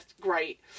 great